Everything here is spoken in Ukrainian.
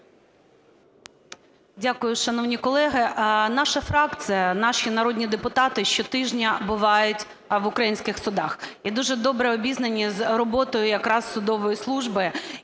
Дякую, шановні колеги. Наша фракція, наші народні депутати щотижня бувають в українських судах і дуже добре обізнані якраз з роботою судової служби.